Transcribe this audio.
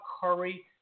Curry